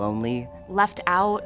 lonely left out